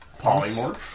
Polymorph